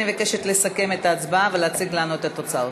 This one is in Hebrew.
אני מבקשת לסכם את ההצבעה ולהציג לנו את התוצאות.